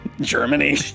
Germany